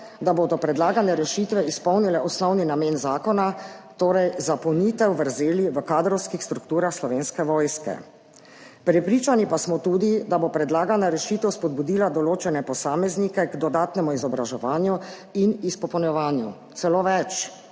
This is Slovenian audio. da bodo predlagane rešitve izpolnile osnovni namen zakona, torej zapolnitev vrzeli v kadrovskih strukturah Slovenske vojske. Prepričani pa smo tudi, da bo predlagana rešitev spodbudila določene posameznike k dodatnemu izobraževanju in izpopolnjevanju, celo več,